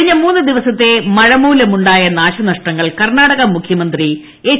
കഴിഞ്ഞ മൂന്ന് ദിവസത്തെ മഴമൂലമുണ്ടായ നാശനഷ്ടങ്ങൾ കർണാടക മുഖ്യമന്ത്രി എച്ച്